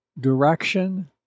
direction